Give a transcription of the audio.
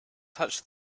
touch